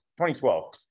2012